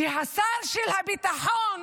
השר של הביטחון